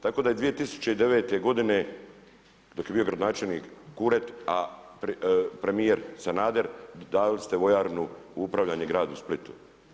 Tako da je 2009. godine, dok je bio gradonačelnik Kuret, a premijer Sanader dali ste vojarnu na upravljanje gradu Splitu.